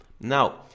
Now